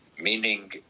meaning